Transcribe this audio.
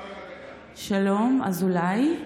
שלום, אזולאי.